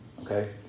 Okay